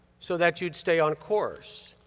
so that you'd stay on course.